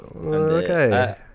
Okay